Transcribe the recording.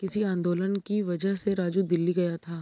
किसान आंदोलन की वजह से राजू दिल्ली गया था